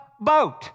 boat